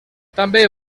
també